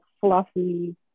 fluffy